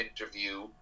interview